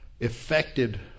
affected